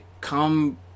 come